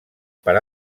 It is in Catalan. per